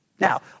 Now